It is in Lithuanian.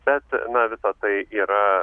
bet na visa tai yra